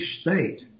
state